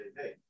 hey